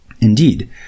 Indeed